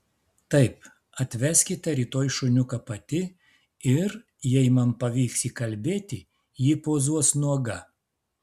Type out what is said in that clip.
taip atveskite rytoj šuniuką pati ir jei man pavyks įkalbėti ji pozuos nuoga